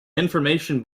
information